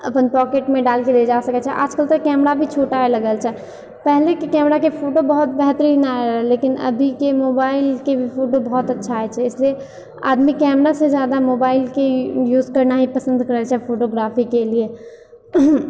अपन पॉकेटमे डालके लए जाए सकै छै आजकल तऽ कैमरा भी छोटा आएल लगल छै पहिलेके कैमराके फोटो बहुत बेहतरीन आबै रहै लेकिन अभीके मोबाइलके भी फोटो बहुत अच्छा आबै छै ईसलिए आदमी कैमरासँ जादा मोबाइलके ही यूज करना ही पसन्द करै छै फोटोग्राफीके लिए